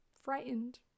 frightened